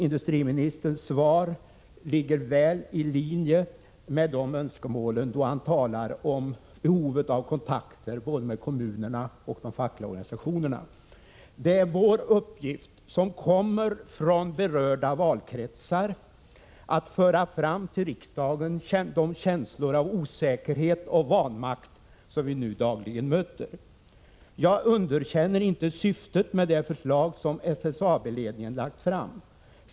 Industriministerns svar ligger väl i linje med de önskemålen, då han talar om behovet av kontakter både med kommunerna och med de fackliga organisationerna. Det är vår uppgift som kommer från berörda valkretsar att föra fram till riksdagen de känslor av osäkerhet och vanmakt som vi nu dagligen möter. Jag underkänner inte syftet med det förslag som SSAB-ledningen har framlagt.